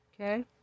okay